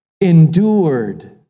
endured